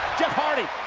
jeff hardy